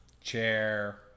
chair